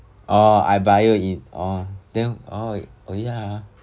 orh I bio~ then oh oh yeah